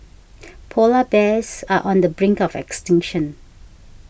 Polar Bears are on the brink of extinction